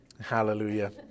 Hallelujah